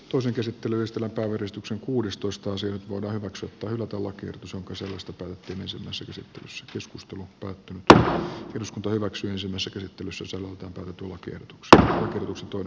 tuo sen käsittelylistalle puhdistuksen kuudestoista sijaan voidaan jaksottaa illat ovat nyt voidaan hyväksyä tai hylätä lakiehdotukset joiden sisällöstä päätettiin ensimmäisessä käsittelyssä se muuten tämä tuotiin sotaa tutustun